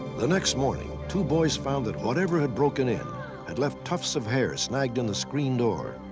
the next morning two boys found that whatever had broken in had left tufts of hair snagged in the screen door.